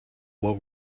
what